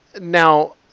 now